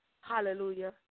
Hallelujah